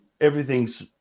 Everything's